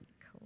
Cool